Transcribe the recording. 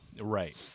right